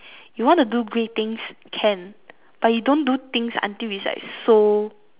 you want to do grey things can but you don't do things until it's like so